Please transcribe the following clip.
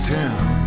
town